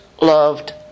loved